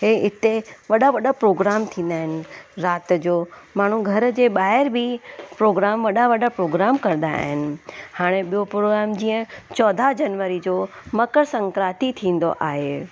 हीअ हिते वॾा वॾा प्रोग्राम थींदा आहिनि राति जो माण्हू घर जे ॿाहिरि बि प्रोग्राम वॾा वॾा प्रोग्राम कंदा आहिनि हाणे ॿियो प्रोग्राम जीअं चोॾहं जनवरी जो मकर संक्राती थींदो आहे